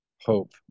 hope